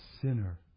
sinner